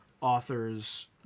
authors